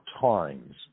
times